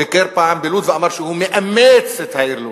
ביקר פעם בלוד ואמר שהוא מאמץ את העיר לוד.